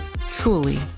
truly